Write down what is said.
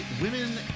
Women